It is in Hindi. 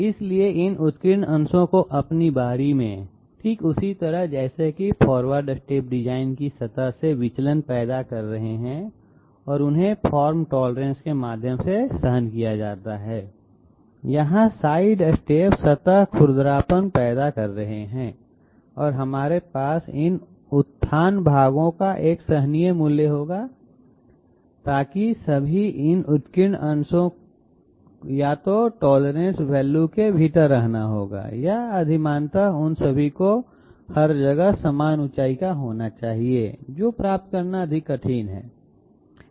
इसलिए इन उत्कीर्ण अंशों को अपनी बारी में ठीक उसी तरह जैसे कि फॉरवर्ड स्टेप डिजाइन की सतह से विचलन पैदा कर रहे हैं और उन्हें फार्म टोलरेंस के माध्यम से सहन किया जाता है यहां साइड स्टेप्स सतह खुरदरापन पैदा कर रहे हैं और हमारे पास इन उत्थान भागों का एक सहनीय मूल्य होगा ताकि सभी इन उत्कीर्ण अंशों को या तो सहिष्णुता मूल्य के भीतर रहना होगा या अधिमानतः उन सभी को हर जगह समान ऊंचाई का होना चाहिए जो प्राप्त करना अधिक कठिन है